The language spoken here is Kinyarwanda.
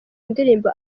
ndirimbo